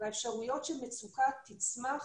והאפשרויות שמצוקה תצמח